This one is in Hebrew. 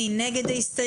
מי נגד?